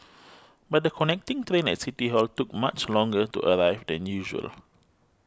but the connecting train at City Hall took much longer to arrive than usual